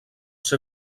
ser